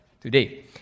today